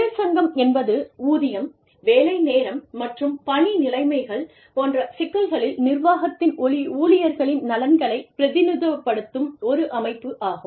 தொழிற்சங்கம் என்பது ஊதியம் வேலை நேரம் மற்றும் பணி நிலைமைகள் போன்ற சிக்கல்களில் நிர்வாகத்தின் ஊழியர்களின் நலன்களைப் பிரதிநிதித்துவப்படுத்தும் ஒரு அமைப்பு ஆகும்